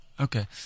Okay